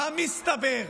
מה מסתבר?